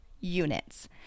units